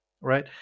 right